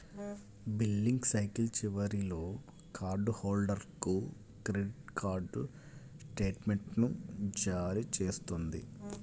billing cycle చివరిలో card హోల్డర్కు credit card స్టేట్మెంట్ను జారీ చేస్తుంది